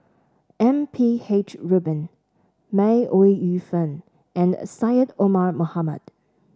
M P H Rubin May Ooi Yu Fen and Syed Omar Mohamed